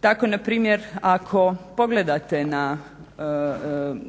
Tako npr. ako pogledate na